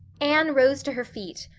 anne rose to her feet,